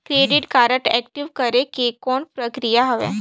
Credit card active करे के कौन प्रक्रिया हवे?